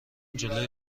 جلوی